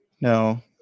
No